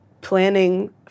planning